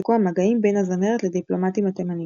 הופסקו המגעים בין הזמרת לדיפלומטים התימנים.